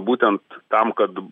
būtent tam kad